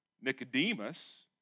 Nicodemus